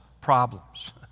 problems